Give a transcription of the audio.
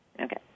Okay